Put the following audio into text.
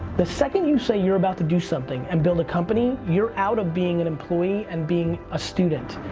the second you say you're about to do something and build a company you're out of being an employee and being a student.